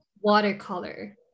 watercolor